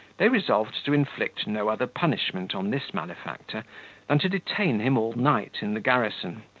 they resolved to inflict no other punishment on this malefactor than to detain him all night in the garrison,